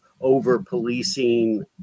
over-policing